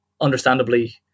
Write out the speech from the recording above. understandably